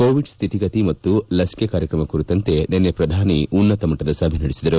Covid ಸ್ವಿತಿಗತಿ ಮತ್ತು ಲಸಿಕೆ ಕಾರ್ಯಕ್ರಮ ಕುರಿತಂತೆ ನಿನ್ನೆ ಪ್ರಧಾನಿ ಉನ್ನತಮಟ್ಟದ ಸಭೆ ನಡೆಸಿದರು